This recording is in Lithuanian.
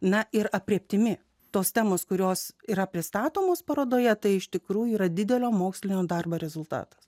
na ir aprėptimi tos temos kurios yra pristatomos parodoje tai iš tikrųjų yra didelio mokslinio darbo rezultatas